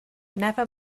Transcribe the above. never